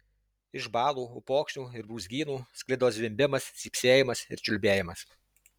iš balų upokšnių ir brūzgynų sklido zvimbimas cypsėjimas ir čiulbėjimas